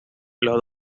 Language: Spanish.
los